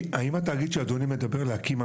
האם התאגיד שאדוני מדבר להקים,